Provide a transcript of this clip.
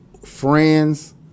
Friends